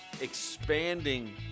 expanding